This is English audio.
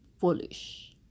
foolish